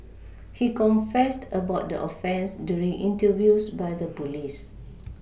he confessed about the offence during interviews by the police